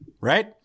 Right